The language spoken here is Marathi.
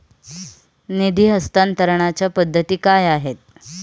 निधी हस्तांतरणाच्या पद्धती काय आहेत?